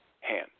hand